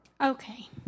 Okay